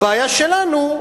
הבעיה שלנו,